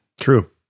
True